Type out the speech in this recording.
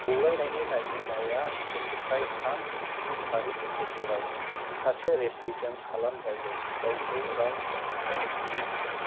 सौलायनायनि नायदिंनाया सेनिफ्राय थाम मिनिटनि फारिनि गेजेराव सासे रेफारिजों खालाम जायो जायखौ राउन्ड बुंनाय जायो